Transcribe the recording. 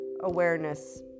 awareness